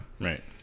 Right